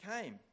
came